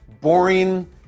boring